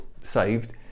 saved